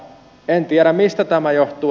en tiedä mistä tämä johtuu